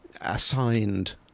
assigned